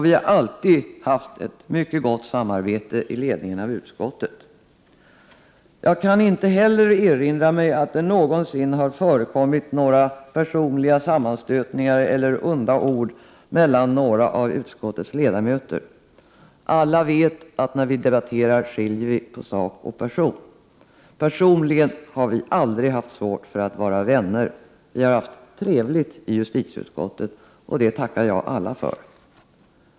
Vi har alltid haft ett mycket gott samarbete i ledningen av utskottet. Jag kan inte heller erinra mig att det någonsin har förekommit några personliga sammanstötningar eller onda ord mellan några av utskottets ledamöter. Alla vet att när vi debatterar skiljer vi på sak och person. Personligen har vi aldrig haft svårt för att vara vänner. Vi har haft trevligt i justitieutskottet, och det tackar jag alla för.